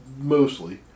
Mostly